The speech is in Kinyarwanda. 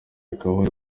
akabariro